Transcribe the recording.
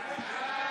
קבוצת סיעת ש"ס,